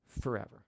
forever